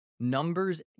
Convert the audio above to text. Numbers